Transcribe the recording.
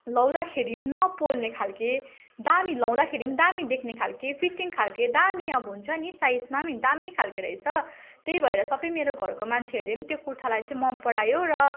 लाउँदाखेरि पनि नपोल्ने खालको दामी लाउँदाखेरि पनि दामी देख्ने खालको फिटिङ खालको दामी अब हुन्छ नि साइजमा पनि दामी खालको रहेछ त्यही भएर सबै मेरो घरको मान्छेहरूले पनि त्यो कुर्तालाई चाहिँ मनपरायो र